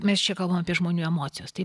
mes čia kalbam apie žmonių emocijas tai